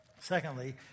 Secondly